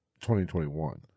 2021